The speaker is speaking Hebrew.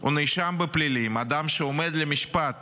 הוא נאשם בפלילים, אדם שעומד למשפט